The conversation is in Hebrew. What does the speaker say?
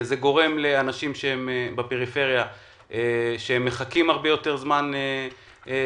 זה גורם לכך שאנשים בפריפריה מחכים הרבה יותר זמן לתורים,